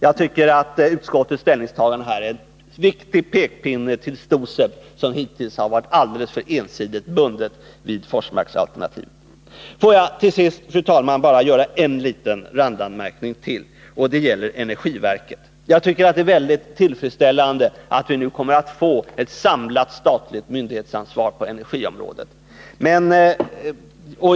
Jag tycker att utskottets ställningstagande är en viktig pekpinne till STOSEB, som hittills har varit alldeles för ensidigt bundet till Forsmarksalternativet. Jag vill till sist, fru talman, göra en liten randanmärkning till. Det gäller energiverket. Jag tycker det är mycket tillfredsställande att vi nu kommer att få ett samlat statligt myndighetsansvar på energiområdet.